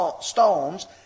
stones